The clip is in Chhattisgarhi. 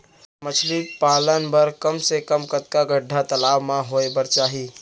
मछली पालन बर कम से कम कतका गड्डा तालाब म होये बर चाही?